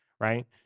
right